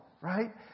right